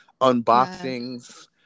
unboxings